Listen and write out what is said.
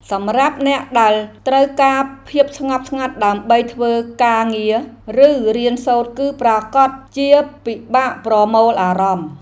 សម្រាប់អ្នកដែលត្រូវការភាពស្ងប់ស្ងាត់ដើម្បីធ្វើការងារ ឬរៀនសូត្រគឺប្រាកដជាពិបាកប្រមូលអារម្មណ៍។